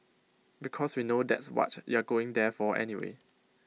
because we know that's what you're going there for anyway